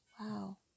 Wow